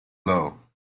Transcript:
low